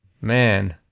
Man